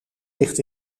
ligt